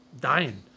dying